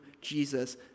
Jesus